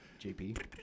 JP